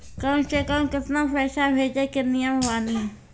कम से कम केतना पैसा भेजै के नियम बानी?